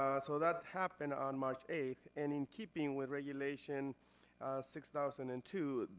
um so that happened on march eighth. and in keeping with regulation six thousand and two,